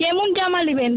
কেমন জামা নেবেন